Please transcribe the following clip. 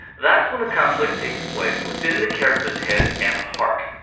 that's when the conflict takes place within the character's head and heart.